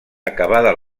acabada